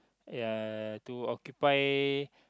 ya to occupy